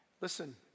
listen